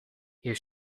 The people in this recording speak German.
hier